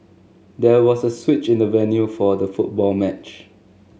there was a switch in the venue for the football match